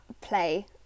play